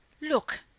Look